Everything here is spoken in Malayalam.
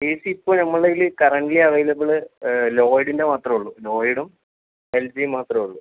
എ സി ഇപ്പം നമ്മളുടേതിൽ കറണ്ട്ലി അവൈലബിൾ ലോയ്ഡിൻ്റെ മാത്രമേ ഉള്ളൂ ലോയ്ഡും എൽ ജിയും മാത്രമേ ഉള്ളൂ